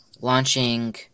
launching